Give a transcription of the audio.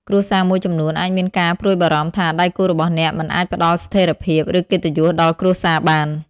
គ្រួសារមួយចំនួនអាចមានការព្រួយបារម្ភថា ដៃគូរបស់អ្នកមិនអាចផ្តល់ស្ថិរភាព ឬកិត្តិយសដល់គ្រួសារបាន។